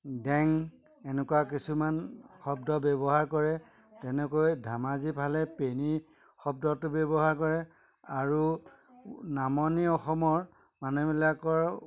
ডেং এনেকুৱা কিছুমান শব্দ ব্যৱহাৰ কৰে তেনেকৈ ধেমাজি ফালে পেনী শব্দটো ব্যৱহাৰ কৰে আৰু নামনি অসমৰ মানুহবিলাকৰ